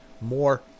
more